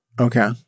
Okay